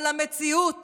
אבל המציאות